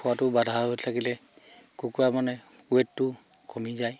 খোৱাটো বাধা হৈ থাকিলে কুকুৰা মানে ৱেটটো কমি যায়